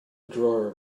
drawer